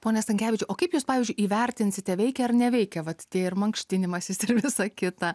pone stankevičiau o kaip jūs pavyzdžiui įvertinsite veikia ar neveikia vat tie ir mankštinimasis ir visa kita